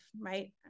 right